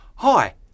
Hi